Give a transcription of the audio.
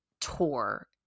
tour